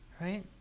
Right